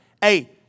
Hey